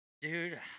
Dude